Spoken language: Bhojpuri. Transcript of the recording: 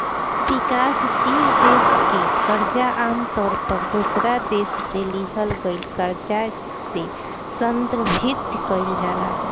विकासशील देश के कर्जा आमतौर पर दोसरा देश से लिहल गईल कर्जा से संदर्भित कईल जाला